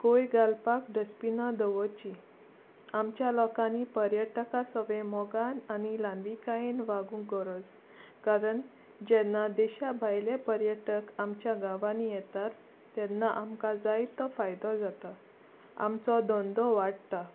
कोयर घालपाक डस्टबिनां दवरचीं आमच्या लोकांनी पर्यटकां सोबें मोगान आनी ल्हानविकायेन वागूंक गरज कारण जेन्ना देशा भायले पर्यटक आमच्या गांवांनी येतात तेन्ना आमकां जायतो फायदो जाता आमचो धंदो वाडटा